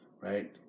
right